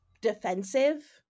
defensive